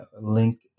link